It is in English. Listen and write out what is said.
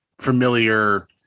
familiar